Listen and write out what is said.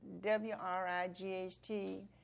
W-R-I-G-H-T